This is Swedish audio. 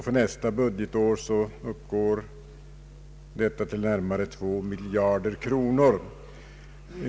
För nästa budgetår uppgår anslagen till närmare 2 miljarder kronor.